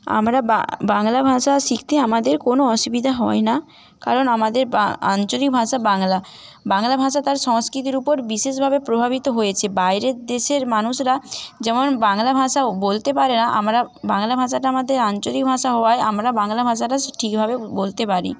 আমরা বাংলা ভাষা শিখতে আমাদের কোন অসুবিধা হয় না কারণ আমাদের আঞ্চলিক ভাষা বাংলা বাংলা ভাষা তার সংস্কৃতির উপর বিশেষভাবে প্রভাবিত হয়েছে বাইরের দেশের মানুষরা যেমন বাংলা ভাষা বলতে পারে না আমরা বাংলা ভাষাটা আমাদের আঞ্চলিক ভাষা হওয়ায় আমরা বাংলা ভাষাটা ঠিকভাবে বলতে পারি